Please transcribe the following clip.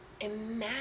imagine